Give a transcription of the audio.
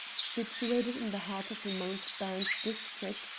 situated in the heart of a mountebank district,